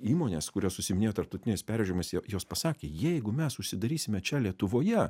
įmonės kurios užsiiminėjo tarptautiniais pervežimais jie jos pasakė jeigu mes užsidarysime čia lietuvoje